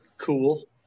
Cool